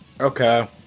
Okay